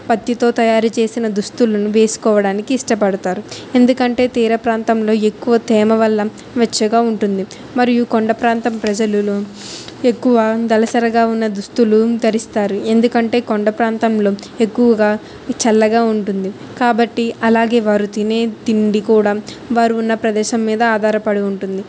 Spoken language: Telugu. పత్తితో తయారుచేసిన దుస్తులను వేసుకోవడానికి ఇష్టపడతారు ఎందుకంటే తీర ప్రాంతంలో ఎక్కువ తేమ వల్ల వెచ్చగా ఉంటుంది మరియు కొండ ప్రాంతం ప్రజలలో ఎక్కువ దళసరిగా ఉన్న దుస్తులు ధరిస్తారు ఎందుకంటే కొండ ప్రాంతంలో ఎక్కువగా చల్లగా ఉంటుంది కాబట్టి అలాగే వారు తినే తిండి కూడా వారు ఉన్న ప్రదేశం మీద ఆధారపడి ఉంటుంది